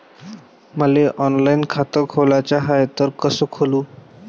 मले ऑनलाईन खातं खोलाचं हाय तर कस खोलू?